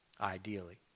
ideally